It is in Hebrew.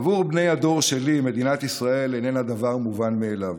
עבור בני הדור שלי מדינת ישראל איננה דבר מובן מאליו,